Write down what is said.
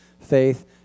faith